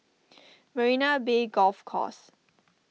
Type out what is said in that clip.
Marina Bay Golf Course